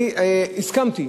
אני הסכמתי